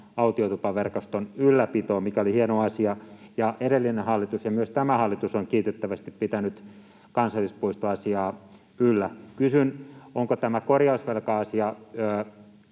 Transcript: autiotupaverkoston ylläpitoon, mikä oli hieno asia, ja edellinen hallitus ja myös tämä hallitus ovat kiitettävästi pitäneet kansallispuistoasiaa yllä. Kysyn: onko tämä korjausvelka-asia